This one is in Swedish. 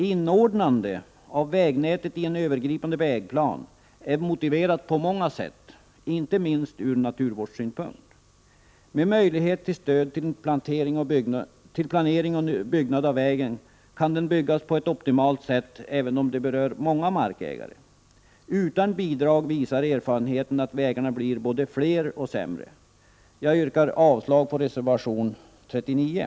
Inordnande av vägnätet i en övergripande vägplan är motiverat av flera skäl, inte minst från naturvårdssynpunkt. Med möjlighet till stöd till planering av vägbyggnad kan den byggas på ett optimalt sätt även om många markägare berörs. Erfarenheten visar att vägarna blir både fler och sämre utan bidrag. Jag yrkar avslag på reservation 39.